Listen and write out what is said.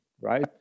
right